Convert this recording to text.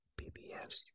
PBS